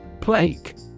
Plague